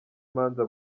imanza